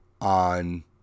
on